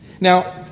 Now